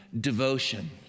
devotion